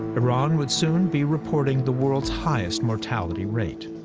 iran would soon be reporting the world's highest mortality rate.